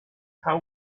how